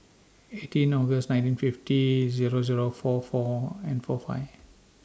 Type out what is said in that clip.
eighteen August nineteen fifty Zero Zero four four and four five